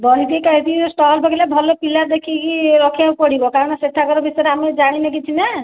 stall ପକେଇଲେ ଭଲ ପିଲା ଦେଖିକି ରଖିବାକୁ ପଡ଼ିବ କାରଣ ସେଠାକାର ବିଷୟରେ ଆମେ ଜାଣିନେ କିଛି ନା